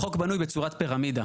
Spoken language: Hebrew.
החוק בנוי בצורת פירמידה.